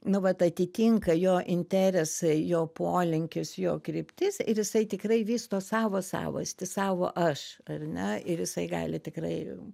nu vat atitinka jo interesai jo polinkis jo kryptis ir jisai tikrai vysto savo savastį savo aš ar ne ir jisai gali tikrai